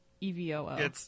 E-V-O-O